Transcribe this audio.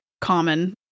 common